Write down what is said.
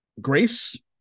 Grace